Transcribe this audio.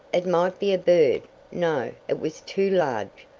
it might be a bird no, it was too large!